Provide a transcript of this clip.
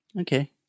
Okay